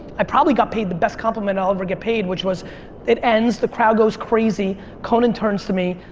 i probably get paid the best compliment i'll ever get paid which was it ends, the crowd goes crazy. conan turns to me,